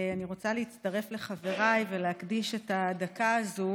אני רוצה להצטרף לחבריי ולהקדיש את הדקה הזאת